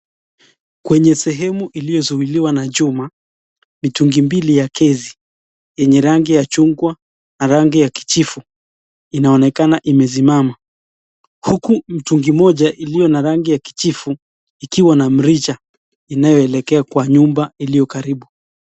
Kwenye sehemu iliyozuiliwa na chuma, mitungi mbili ya gesi enye rangi ya chungwa na rangi ya kijivu inaonekana imesimama huku mtungi moja iliyo rangi ya kijivu ikiwa na mrija inayoelekea kwa nyumba iliyo karibu.